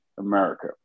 America